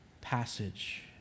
passage